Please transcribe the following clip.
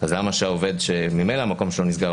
אז למה שהעובד שממילא המקום שלו נסגר,